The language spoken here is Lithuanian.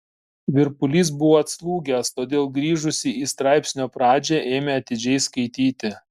virpulys buvo atslūgęs todėl grįžusi į straipsnio pradžią ėmė atidžiai skaityti